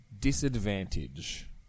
Disadvantage